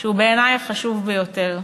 שהוא בעיני החשוב ביותר,